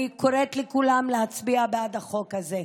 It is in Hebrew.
אני קוראת לכולם להצביע בעד החוק הזה.